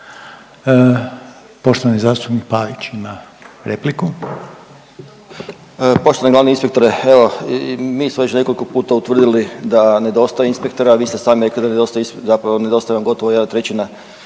Željko (Socijaldemokrati)** Poštovani glavni inspektore, evo mi smo već nekoliko puta utvrdili da nedostaje inspektora, a vi ste sami rekli da nedostaje, zapravo nedostaje vam